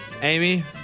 Amy